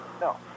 No